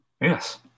Yes